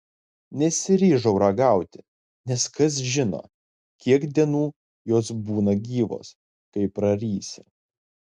nesiryžau ragauti nes kas žino kiek dienų jos būna gyvos kai prarysi